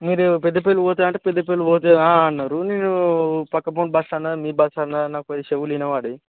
మీరు పెద్దపల్లి పోతుందా అంటే పెద్దపల్లి పోతుంది అన్నారు నేను పక్కపొంటి బస్ అన్నది మీ బస్ అన్నది నాకు కొద్దిగా చెవులు వినపడవు